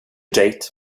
date